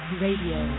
radio